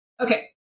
Okay